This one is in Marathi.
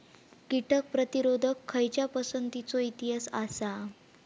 कीटक प्रतिरोधक खयच्या पसंतीचो इतिहास आसा?